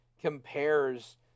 compares